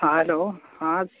हँ हेलौ हँ